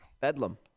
Bedlam